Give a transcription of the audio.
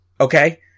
Okay